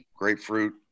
grapefruit